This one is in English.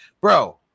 Bro